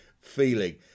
feeling